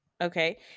Okay